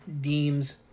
Deems